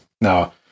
Now